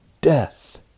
Death